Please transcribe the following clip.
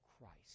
Christ